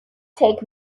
take